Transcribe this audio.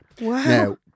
Wow